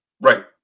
Right